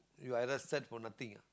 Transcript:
you either sad for nothing ah